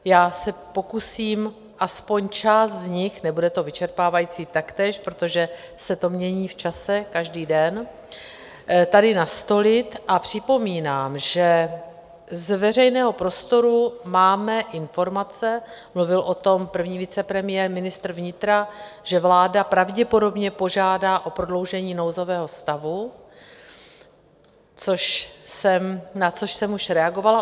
Já se pokusím aspoň část z nich nebude to taktéž vyčerpávající, protože se to mění v čase každý den tady nastolit a připomínám, že z veřejného prostoru máme informace mluvil o tom první vicepremiér, ministr vnitra že vláda pravděpodobně požádá o prodloužení nouzového stavu, na což jsem už reagovala.